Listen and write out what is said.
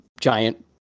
giant